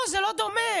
זה לא דומה,